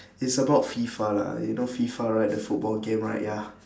it's about fifa lah you know fifa right the football game right ya